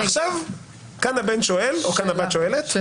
כאן הבן או הבת שואלת.